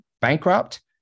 bankrupt